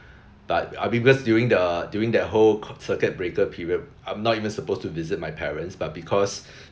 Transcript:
but I mean because during the during that whole co~ circuit breaker period I'm not even supposed to visit my parents but because